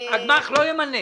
הגמ"ח לא ימנה,